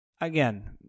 again